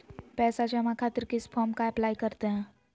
पैसा जमा खातिर किस फॉर्म का अप्लाई करते हैं?